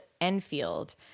Enfield